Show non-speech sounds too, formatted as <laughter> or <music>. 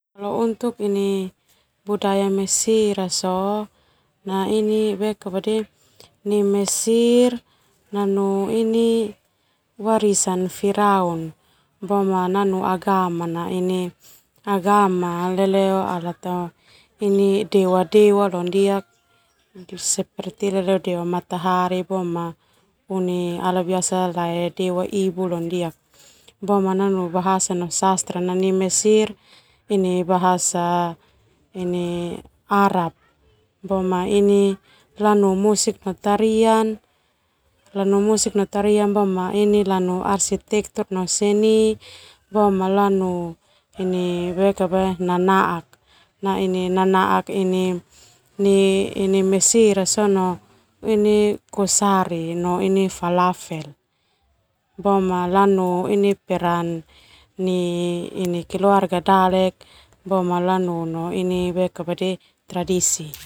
Budaya Mesir sona nai Mesir nanu warisan ini Firaun nanu agama leo dewa nanu bahasa no sastra bahasa Arab boema ini lanu musik no tarian boema lanu arsitektur no seni boema lanu nanaak kosari no falavel boema lanu peran nai keluarga dalek boema lanu <hesitation> tradisi.